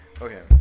Okay